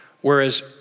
Whereas